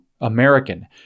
American